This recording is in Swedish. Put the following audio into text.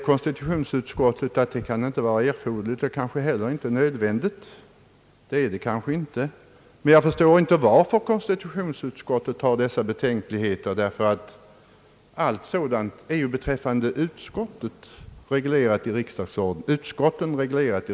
Konstitutionsutskottet säger att detta inte kan vara erforderligt och kanske inte heller nödvändigt. Det är det kanske inte, men jag förstår inte varför konstitutionsutskottet hyser dessa betänkligheter, ty allt sådant här är ju beträffande utskotten reglerade i riksdagsordningen.